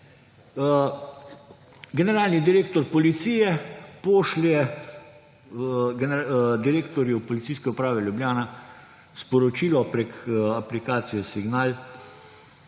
Generalni direktor policije pošlje direktorju Policijske uprave Ljubljana sporočilo preko aplikacije Signal